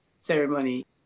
ceremony